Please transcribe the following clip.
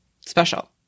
special